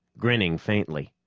grinning faintly.